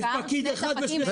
יש פקיד אחד ושני ספקים.